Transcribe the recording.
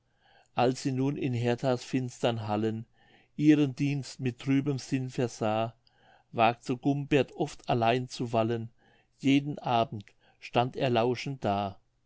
als sie nun in hertha's finstern hallen ihren dienst mit trübem sinn versah wagte gumbert oft dahin zu wallen jeden abend stand er lauschend da